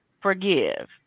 forgive